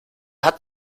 hat